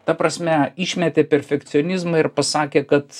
ta prasme išmetė perfekcionizmą ir pasakė kad